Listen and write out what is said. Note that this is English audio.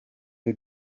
who